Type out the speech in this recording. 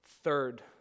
Third